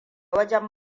wajen